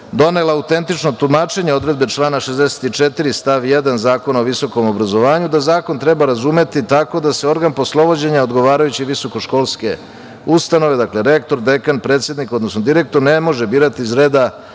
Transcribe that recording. donela Autentično tumačenje odredbe člana 64. stav 1. Zakona o visokom obrazovanju, da zakon treba razumeti tako da se organ poslovođenja odgovarajuće visokoškolske ustanove, dakle rektor, dekan, predsednik, odnosno direktor ne može birati iz reda